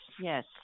yes